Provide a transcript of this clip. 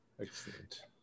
excellent